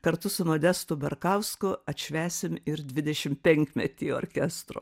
kartu su modestu barkausku atšvęsim ir dvidešimpenkmetį orkestro